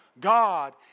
God